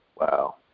Wow